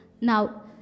Now